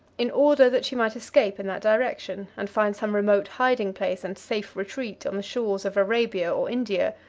in order that she might escape in that direction, and find some remote hiding-place and safe retreat on the shores of arabia or india,